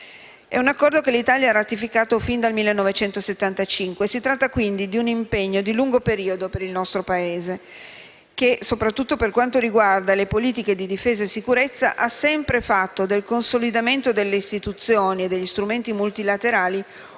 di un Accordo che l'Italia ha ratificato fin dal 1975 e, quindi, di un impegno di lungo periodo per il nostro Paese che, soprattutto per quanto riguarda le politiche di difesa e sicurezza, ha sempre fatto del consolidamento delle istituzioni e degli strumenti multilaterali